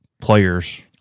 players